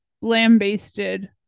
lambasted